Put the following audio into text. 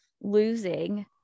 losing